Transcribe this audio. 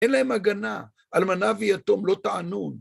אין להם הגנה אלמנה ויתום לא תענו.